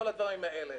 וכל הדברים האלה